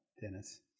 Dennis